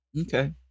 Okay